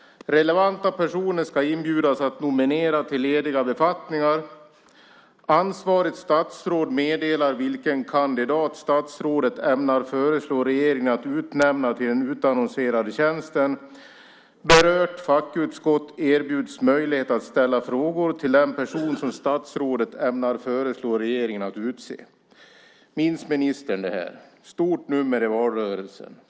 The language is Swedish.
Relevanta personer ska inbjudas att nominera till lediga befattningar. Ansvarigt statsråd meddelar vilken kandidat statsrådet ämnar föreslå regeringen att utnämna till den utannonserade tjänsten. Berört fackutskott erbjuds möjlighet att ställa frågor till den person som statsrådet ämnar föreslå regeringen att utse. Minns ministern det här? Det var ett stort nummer i valrörelsen.